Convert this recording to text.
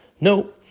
No